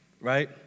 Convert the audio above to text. right